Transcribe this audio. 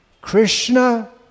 Krishna